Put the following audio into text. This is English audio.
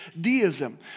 deism